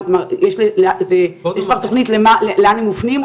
יש כבר תכנית לאן הם מופנים?